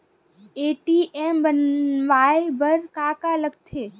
ATM बनवाय बर का का लगथे?